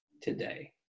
today